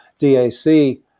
DAC –